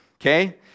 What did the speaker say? okay